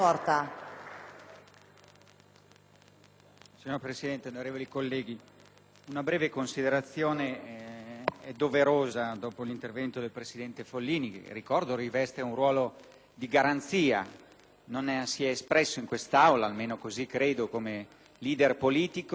Signor Presidente, onorevoli colleghi, una breve considerazione è doverosa dopo l'intervento del presidente Follini, che ricordo riveste un ruolo di garanzia. Non si è espresso in Aula, almeno così credo, come *leader* politico di opposizione, ma come